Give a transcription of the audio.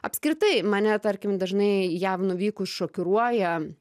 apskritai mane tarkim dažnai jav nuvykus šokiruoja